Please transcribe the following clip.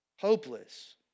Hopeless